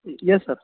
yes sir